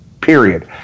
period